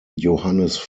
johannes